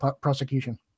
prosecution